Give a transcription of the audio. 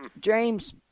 James